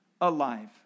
alive